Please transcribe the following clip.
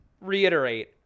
reiterate